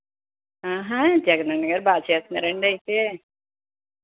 జగనన్న గారు బాగా చేస్తున్నారండి అయితే